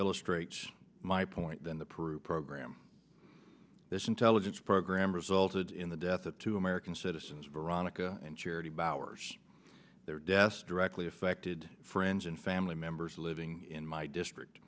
illustrates my point than the peru program this intelligence program resulted in the deaths of two american citizens veronica and charity bowers their deaths directly affected friends and family members living in my district